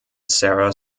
sarah